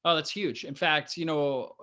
ah that's huge. in fact, you know,